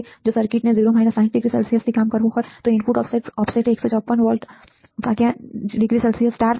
તેથી જો સર્કિટને 0 60°C થી કામ કરવું હોય તો ઇનપુટ ઓફસેટ 154V°C 60°C 0